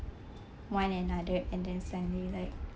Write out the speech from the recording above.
one another and then suddenly like